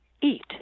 eat